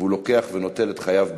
והוא לוקח ונוטל את חייו בידיו.